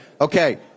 Okay